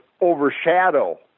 overshadow